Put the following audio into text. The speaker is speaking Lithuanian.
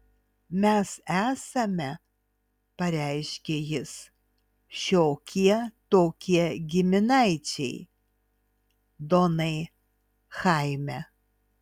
mes esame pareiškė jis šiokie tokie giminaičiai donai chaime